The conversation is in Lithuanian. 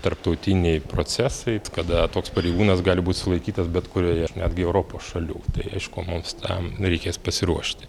tarptautiniai procesai kada toks pareigūnas gali būt sulaikytas bet kurioje netgi europos šalių tai aišku mums tam reikės pasiruošti